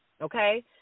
Okay